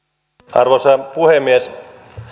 arvoisa puhemies